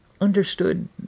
understood